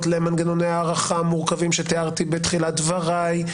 למנגנוני הארכה המורכבים שתיארתי בתחילת דברי,